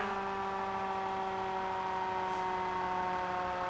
oh